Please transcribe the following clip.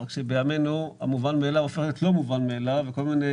רק שבימינו המובן מאליו הופך להיות לא מובן מאליו וכל מיני